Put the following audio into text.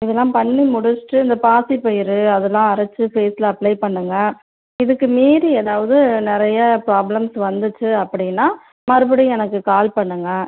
இதெல்லாம் பண்ணி முடிச்சுட்டு இந்த பாசிப்பயிறு அதெல்லாம் அரைச்சு ஃபேஸில் அப்ளை பண்ணுங்கள் இதுக்கு மீறி ஏதாவது நிறையா ப்ராப்லம்ஸ் வந்துச்சு அப்படின்னா மறுபடியும் எனக்கு கால் பண்ணுங்கள்